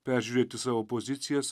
peržiūrėti savo pozicijas